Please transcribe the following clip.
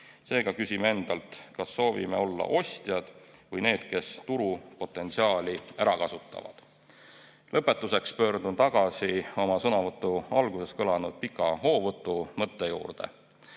Seega küsime endalt, kas soovime olla ostjad või need, kes turupotentsiaali ära kasutavad. Lõpetuseks pöördun tagasi oma sõnavõtu alguses kõlanud pika hoovõtu mõtte juurde.